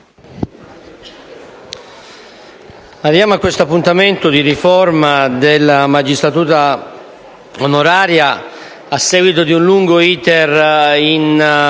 arriviamo a questo appuntamento di riforma della magistratura onoraria dopo un lungo *iter* in